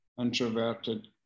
introverted